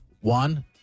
One